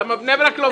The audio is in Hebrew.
למה בני ברק לא מקבלת?